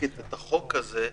מחוקקת את החוק הזה,